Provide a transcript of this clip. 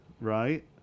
right